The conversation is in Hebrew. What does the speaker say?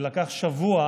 לקח שבוע